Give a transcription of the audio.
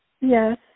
Yes